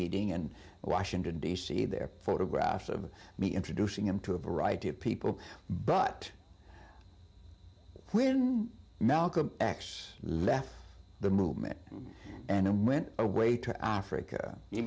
meeting and washington d c their photographs of me introducing him to a variety of people but when malcolm x left the movement and went away to africa he